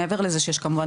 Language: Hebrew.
מעבר לזה שיש כמובן,